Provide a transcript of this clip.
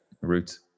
route